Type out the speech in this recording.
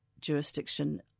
jurisdiction